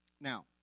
Now